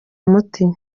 umuti